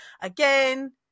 Again